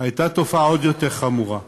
הייתה תופעה עוד יותר חמורה: